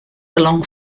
along